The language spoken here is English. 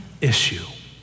issue